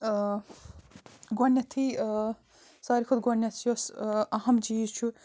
گۄڈنٮ۪تھٕے ساروٕے کھۄتہٕ گۄڈٕنٮ۪تھ یُس اَہم چیٖز چھُ